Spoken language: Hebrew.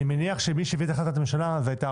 אני מניח שמי שהביא את זה להחלטת ממשלה זאת הייתה